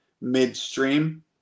midstream